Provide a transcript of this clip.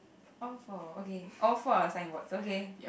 all four okay all four are assigned words okay